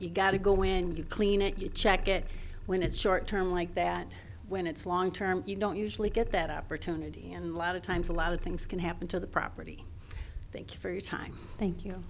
you got to go and you clean it you check it when it's short term like that when it's long term you don't usually get that opportunity and lot of times a lot of things can happen to the property thank you for your time thank you